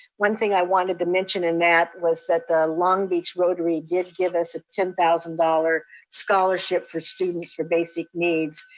one thing i wanted to mention in that was that the long beach rotary did give us a ten thousand dollars scholarship for students for basic needs.